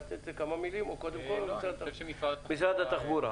משרד התחבורה.